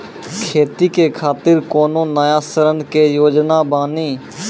खेती के खातिर कोनो नया ऋण के योजना बानी?